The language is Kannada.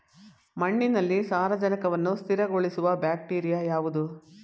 ಮಣ್ಣಿನಲ್ಲಿ ಸಾರಜನಕವನ್ನು ಸ್ಥಿರಗೊಳಿಸುವ ಬ್ಯಾಕ್ಟೀರಿಯಾ ಯಾವುದು?